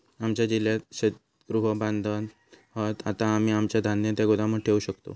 आमच्या जिल्ह्यात शीतगृह बांधत हत, आता आम्ही आमचा धान्य त्या गोदामात ठेवू शकतव